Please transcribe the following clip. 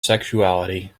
sexuality